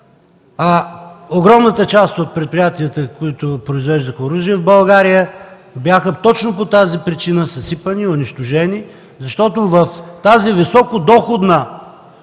Огромната част от предприятията, които произвеждаха оръжие в България, точно по тази причина бяха съсипани и унищожени, защото в тази високодоходна